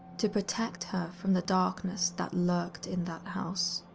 to protect her from the darkness that lurked in that house.